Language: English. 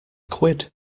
quid